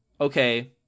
okay